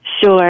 Sure